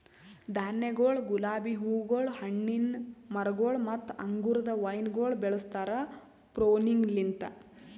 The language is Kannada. ಧಾನ್ಯಗೊಳ್, ಗುಲಾಬಿ ಹೂಗೊಳ್, ಹಣ್ಣಿನ ಮರಗೊಳ್ ಮತ್ತ ಅಂಗುರದ ವೈನಗೊಳ್ ಬೆಳುಸ್ತಾರ್ ಪ್ರೂನಿಂಗಲಿಂತ್